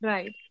Right